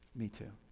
me too.